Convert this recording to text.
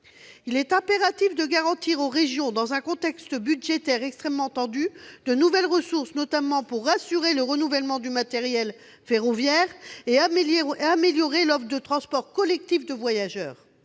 Il est impératif de garantir aux régions, dans un contexte budgétaire extrêmement tendu, de nouvelles ressources, notamment pour assurer le renouvellement du matériel ferroviaire et améliorer l'offre de transports collectifs de voyageurs.